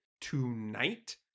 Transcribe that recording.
tonight